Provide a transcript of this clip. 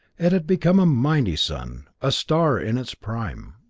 it had become a mighty sun a star in its prime.